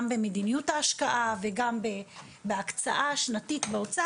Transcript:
במדיניות ההשקעה וגם בהקצאה שנתית באוצר,